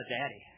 daddy